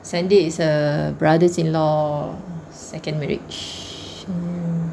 sunday is a brothers in law second marriage